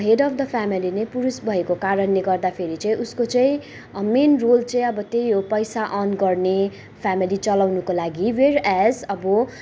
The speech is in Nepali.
हेड अफ द फ्यामिली नै पुरुष भएको कारणले गर्दाखेरि चाहिँ उसको चाहिँ मेन रोल चाहिँ अब त्यहीँ हो पैसा अर्न गर्ने फ्यामिली चलाउनको लागि वेरएज अब